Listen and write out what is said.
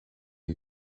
you